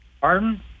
Pardon